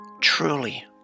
Truly